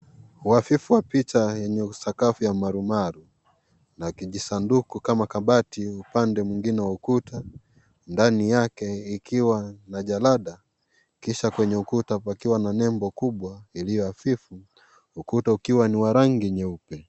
Waafifu wa picha yenye usakafu ya umarumaru na kisanduku kama kabati upande mwingine wa ukuta ndani yake ikiwa na jalada kisha kwenye ukuta pakiwa na nembo kubwa iliyo hafifu, ukuta ukiwa ni wa rangi nyeupe.